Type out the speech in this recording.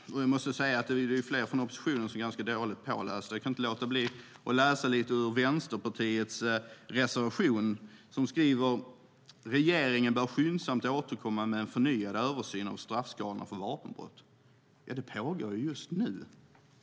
Jag måste säga att det är fler från oppositionen som är ganska dåligt pålästa. Jag kan inte låta bli att läsa lite grann ur Vänsterpartiets reservation 6 där det står: "Regeringen bör skyndsamt återkomma med en förnyad översyn av straffskalorna för vapenbrott." Det pågår just nu.